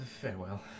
Farewell